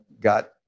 got